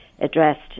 Addressed